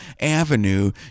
avenue